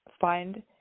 Find